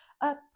up